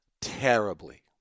terribly